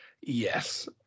Yes